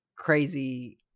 crazy